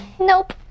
Nope